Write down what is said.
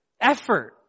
effort